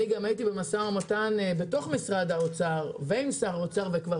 אני גם הייתי במשא ומתן בתוך משרד האוצר ועם שר האוצר וכבר